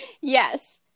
Yes